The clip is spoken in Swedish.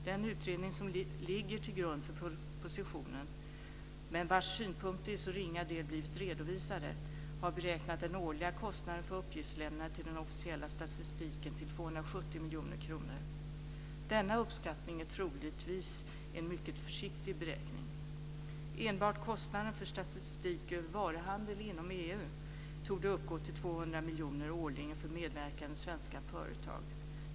Den utredning som ligger till grund för propositionen, men vars synpunkter i så ringa del blivit redovisade, har beräknat den årliga kostnaden för uppgiftslämnandet till den officiella statistiken till 270 miljoner kronor. Denna uppskattning är troligtvis en mycket försiktig beräkning. Enbart kostnaden för statistik över varuhandel inom EU torde uppgå till 200 miljoner årligen för medverkande svenska företag.